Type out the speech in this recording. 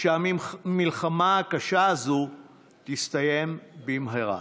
שהמלחמה הקשה הזו תסתיים במהרה.